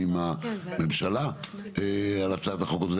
הרשימה הערבית המאוחדת): אל תַּפנִי אליי